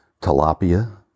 tilapia